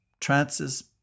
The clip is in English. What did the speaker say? trances